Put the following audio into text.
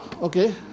okay